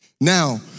Now